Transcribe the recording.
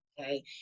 Okay